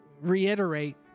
reiterate